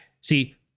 see